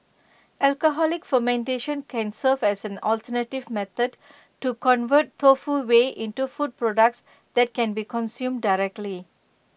alcoholic fermentation can serve as an alternative method to convert tofu whey into food products that can be consumed directly